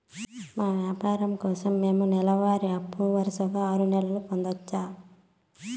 మా వ్యాపారం కోసం మేము నెల వారి అప్పు వరుసగా ఆరు నెలలు పొందొచ్చా?